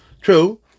True